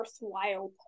worthwhile